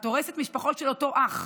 את הורסת משפחות, של אותו אח.